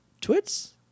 Twits